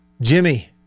Jimmy